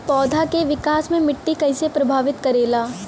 पौधा के विकास मे मिट्टी कइसे प्रभावित करेला?